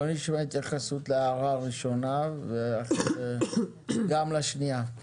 בואו נשמע התייחסות להערה הראשונה וגם לשנייה.